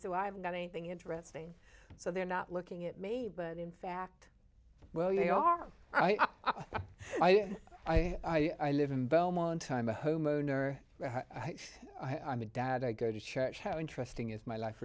so i haven't got anything interesting so they're not looking at me but in fact where you are i am i live in belmont time a homeowner i'm a dad i go to church how interesting is my life